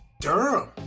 Durham